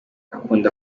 akunda